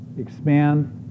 expand